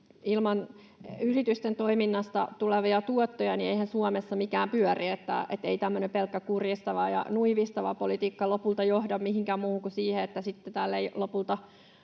ilman yritysten toiminnasta tulevia tuottoja Suomessa mikään pyöri, niin että ei pelkkä tämmöinen kurjistava ja nuivistava politiikka lopulta johda mihinkään muuhun kuin siihen, että sitten täällä ei lopulta